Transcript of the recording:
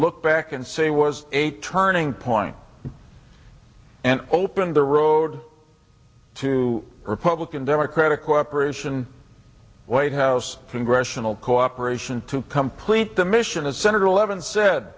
look back and say was a turning point and opened the road to republican democratic cooperation white house congressional cooperation to complete the mission as senator levin said